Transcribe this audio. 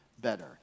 better